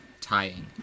tying